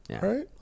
right